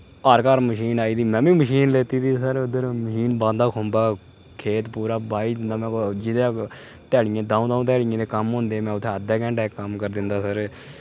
घर घर मशीन आई दी नमीं मशीन लैती दी सर उद्धर मशीन बांह्दा खुंबा खेतर पूरा बाही जित्थै ध्याड़ियें द'ऊं द'ऊं ध्याड़ियें दे कम्म होंदे न उत्थै अद्धे घैंटे च कम्म करी दिंदा सर एह्